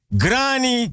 granny